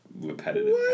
repetitive